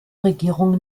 regierung